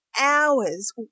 hours